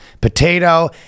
potato